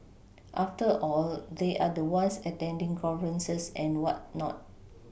after all they are the ones attending conferences and whatnot